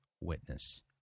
witness